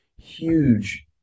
huge